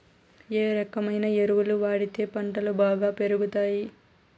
ఏ రకమైన ఎరువులు వాడితే పంటలు బాగా పెరుగుతాయి?